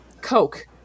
Coke